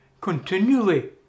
continually